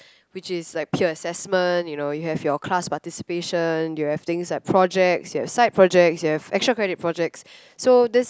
which is like peer assessments you know you have your class participation you have things like projects you have side projects you have actual kind of projects so these